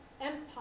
Empire